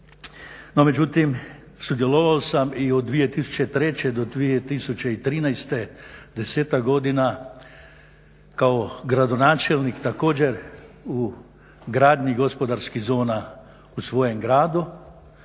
međutim, sudjelovao sam i od 2003. do 2013., desetak godina kao gradonačelnik također u gradnji gospodarskih zona u svojem gradu,